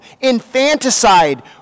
Infanticide